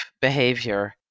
behavior